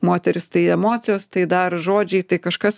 moterys tai emocijos tai dar žodžiai tai kažkas